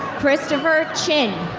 christopher chin.